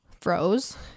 froze